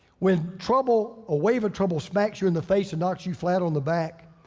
when trouble, a wave of trouble smacks you in the face and knocks you flat on the back,